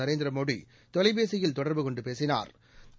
நரேந்திரமோடி தொலைபேசியில் தொடா்பு கொண்டு பேசினாா்